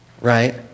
right